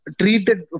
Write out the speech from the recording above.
treated